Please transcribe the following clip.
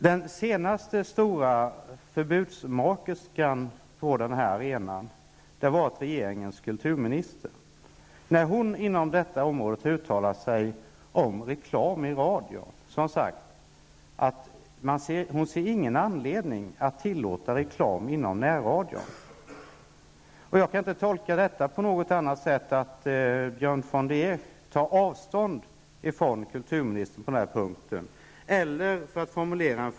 Den senaste stora förbudsmakerskan på denna arena var allt regeringens kulturminister. Hon harom reklam i radio sagt att hon inte ser någon anledning att tillåta reklam inom närradion. Jag kan inte tolka detta på något annat sätt än att Björn von der Esch tar avstånd från kulturministern på denna punkt.